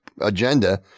agenda